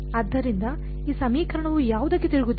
ಆದ್ದರಿಂದ ಈ ಸಮೀಕರಣವು ಯಾವುದಕ್ಕೆ ತಿರುಗುತ್ತದೆ